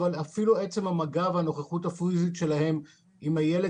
אבל אפילו עצם המגע והנוכחות הפיזית שלהם עם הילד.